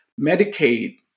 medicaid